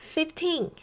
Fifteen